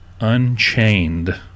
unchained